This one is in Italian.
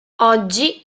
oggi